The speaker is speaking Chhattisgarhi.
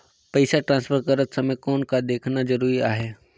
पइसा ट्रांसफर करत समय कौन का देखना ज़रूरी आहे?